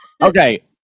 Okay